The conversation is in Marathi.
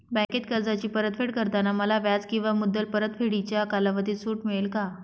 बँकेत कर्जाची परतफेड करताना मला व्याज किंवा मुद्दल परतफेडीच्या कालावधीत सूट मिळेल का?